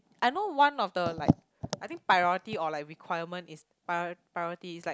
I know one of the like I think priority or like requirement is prior~ priority is like